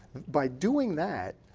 by doing that,